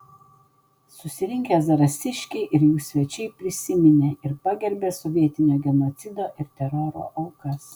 susirinkę zarasiškiai ir jų svečiai prisiminė ir pagerbė sovietinio genocido ir teroro aukas